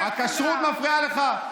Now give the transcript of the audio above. הכשרות מפריעה לך?